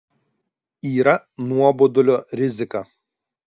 yra nuobodulio rizika